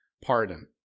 pardon